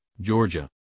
georgia